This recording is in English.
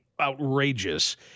outrageous